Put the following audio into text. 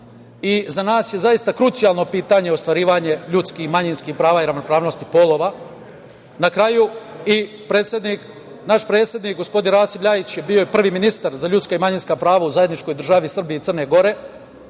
i za nas je zaista krucijalno pitanje ostvarivanje ljudskih i manjinskih prava i ravnopravnosti polova. Na kraju, i predsednik, naš predsednik gospodin Rasim Ljajić, je bio prvi ministar za ljudska i manjinska prava u zajedničkoj državi Srbija i Crna Gora.